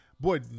Boy